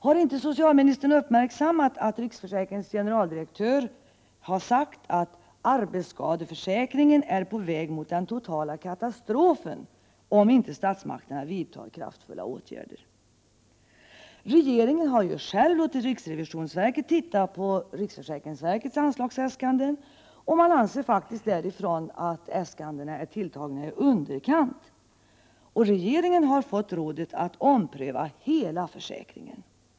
Har inte socialministern uppmärksammat att riksförsäkringsverkets generaldirektör sagt att arbetsskadeförsäkringen är på väg mot den totala katastrofen, om inte statsmakterna vidtar kraftfulla åtgärder? Regeringen har ju själv låtit riksrevisionsverket titta på RFV:s anslagsäskanden — som där anses tilltagna i underkant! — och fått rådet att ompröva hela försäkringen.